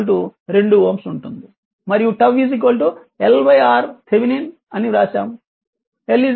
మరియు 𝜏 LR Thevenin అని రాశాము